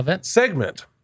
segment